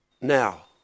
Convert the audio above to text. now